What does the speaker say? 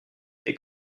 est